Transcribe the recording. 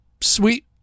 sweet